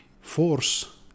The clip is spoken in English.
force